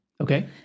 Okay